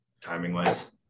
timing-wise